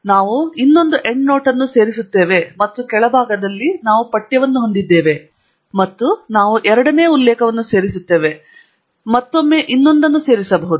ಆದ್ದರಿಂದ ನಾವು ಇನ್ನೊಂದು ಎಂಡ್ನೋಟ್ ಅನ್ನು ಸೇರಿಸುತ್ತೇವೆ ಮತ್ತು ಕೆಳಭಾಗದಲ್ಲಿ ನಾವು ಪಠ್ಯವನ್ನು ಹೊಂದಿದ್ದೇವೆ ಮತ್ತು ನಾವು ಎರಡನೇ ಉಲ್ಲೇಖವನ್ನು ಸೇರಿಸುತ್ತೇವೆ ಮತ್ತು ಮತ್ತೊಮ್ಮೆ ಒಂದನ್ನು ಸೇರಿಸಬಹುದು